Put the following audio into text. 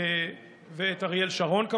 ואת אריאל שרון,